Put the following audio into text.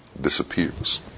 disappears